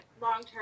long-term